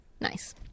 Nice